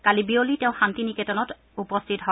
কালি বিয়লি তেওঁ শান্তি নিকেতনত আজি উপস্থিত হয়